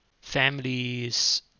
families